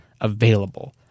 available